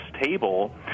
table